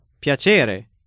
piacere